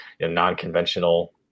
non-conventional